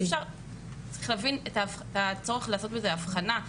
צריך להבין את הצורך לעשות הבחנה.